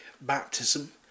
baptism